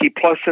plus